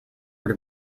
were